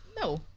No